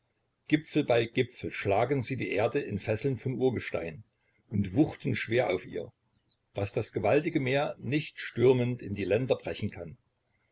gipfel bei gipfel schlagen sie die erde in fesseln von urgestein und wuchten schwer auf ihr daß das gewaltige meer nicht stürmend in die länder brechen kann